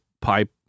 pipe